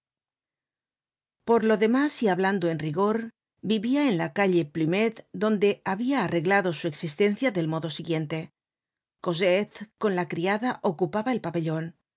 por lo demás y hablando en rigor vivia en la calle plumet donde habia arreglado su existencia del modo siguiente cosette con la criada ocupaba el pabellon